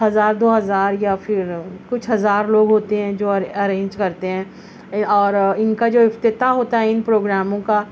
ہزار دو ہزار یا پھر کچھ ہزار لوگ ہوتے ہیں جو ار ارینج کرتے ہیں اور ان کا جو افتتاح ہوتا ہے ان پروگراموں کا